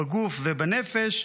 בגוף ובנפש,